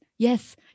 Yes